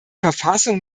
verfassung